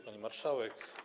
Pani Marszałek!